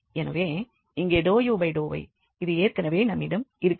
எனவே இங்கே ∂u∂y இது ஏற்கனவே நம்மிடம் இருக்கிறது